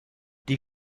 die